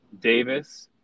Davis